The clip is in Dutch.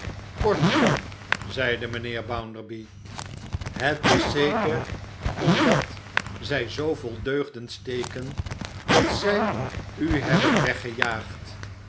kortom zeide mijnheer bounderby het is zeker om dat zij zoo vol deugden steken dat zij u hebben weggejaagd